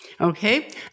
Okay